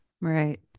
right